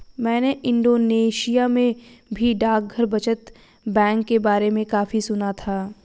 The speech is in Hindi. मैंने इंडोनेशिया में भी डाकघर बचत बैंक के बारे में काफी सुना था